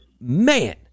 man